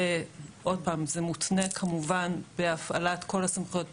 אמנם אמרנו שהוא לא מופעל אוטומטית,